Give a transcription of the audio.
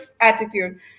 attitude